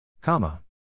Comma